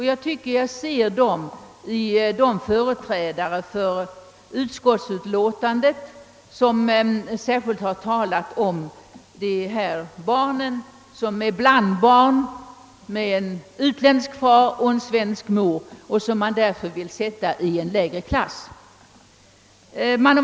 Jag tycker att jag ser sådana hos de företrädare för utskottet som särskilt talat om dessa barn som är hblandbarn, alltså barn med utländsk far och svensk mor, och som vill sätta dem i en lägre klass än andra barn.